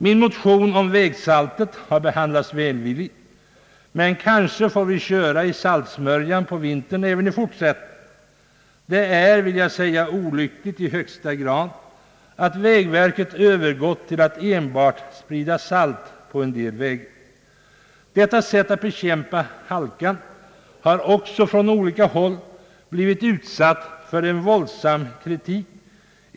Min motion om vägsaltet har behandlats välvilligt, men kanske får vi även i fortsättningen köra i saltsmörjan på vintern. Det är, vill jag säga, i högsta grad olyckligt att vägverket övergått till att enbart sprida salt. Detta sätt att bekämpa halka har också från olika håll blivit utsatt för våldsam kritik.